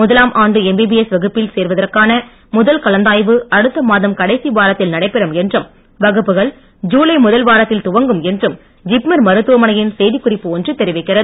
முதலாம் ஆண்டு எம்பிபிஎஸ் வகுப்பில் சேர்வதற்கான முதல் கலந்தாய்வு அடுத்த மாதம் கடைசி வாரத்தில் நடைபெறும் என்றும் வகுப்புகள் ஜுலை முதல் வாரத்தில் துவங்கும் என்றும் ஜிப்மர் மருத்துவமனையின் செய்திக்குறிப்பு ஒன்று தெரிவிக்கிறது